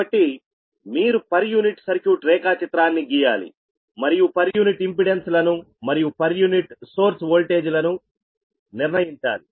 కాబట్టి మీరు per unit circuit రేఖాచిత్రాన్ని గీయాలి మరియు పర్ యూనిట్ ఇంపెడెన్స్లను మరియు పర్ యూనిట్ సోర్స్ వోల్టేజ్ను నిర్ణయించాలి